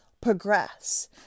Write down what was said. progress